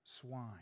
swine